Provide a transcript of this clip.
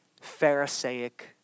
pharisaic